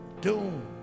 doom